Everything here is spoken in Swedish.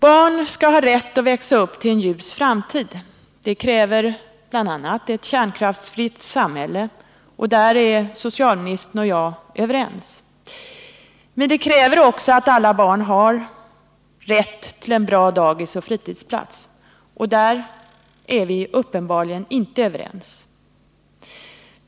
Barn skall ha rätt att växa upp till en ljus framtid. Det kräver bl.a. ett kärnkraftsfritt samhälle. Där är socialministern och jag överens. Men det kräver också att alla barn har rätt till en bra dagisoch fritidshemsplats. Där är vi uppenbarligen inte överens.